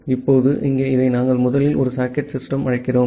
இப்போது இங்கே இதை நாங்கள் முதலில் ஒரு சாக்கெட் சிஸ்டம் அழைக்கிறோம்